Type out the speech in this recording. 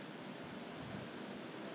life is as normal then yeah